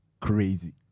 crazy